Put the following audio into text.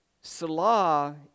Salah